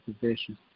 position